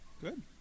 Good